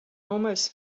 almost